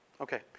Okay